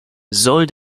soll